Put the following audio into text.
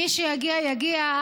ומי שיגיע יגיע.